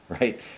right